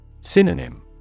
Synonym